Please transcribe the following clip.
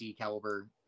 caliber